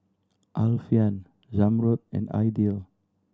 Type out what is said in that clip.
Alfian Zamrud and Aidil